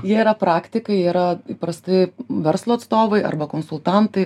jie yra praktikai jie yra įprastai verslo atstovai arba konsultantai arba